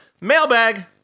mailbag